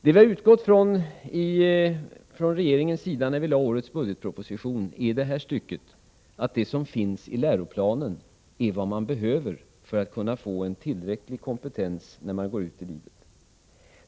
Vad vi i regeringen har utgått från när vi lade fram årets budgetproposition är att det som står i läroplanen är vad man behöver lära sig för att få en tillräcklig kompetens innan man går ut i livet.